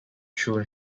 through